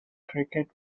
cricket